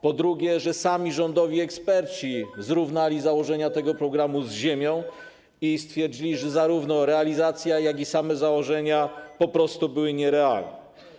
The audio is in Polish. Po drugie, dlatego że sami rządowi eksperci zrównali założenia tego programu z ziemią i stwierdzili, że zarówno realizacja, jak i same założenia po prostu były nierealne.